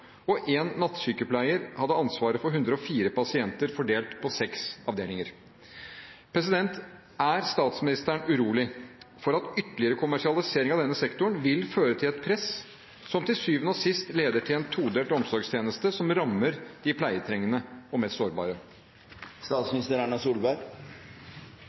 og én nattsykepleier hadde ansvaret for 104 pasienter fordelt på seks avdelinger. Er statsministeren urolig for at ytterligere kommersialisering av denne sektoren vil føre til et press som til syvende og sist leder til en todelt omsorgstjeneste som rammer de pleietrengende og mest sårbare?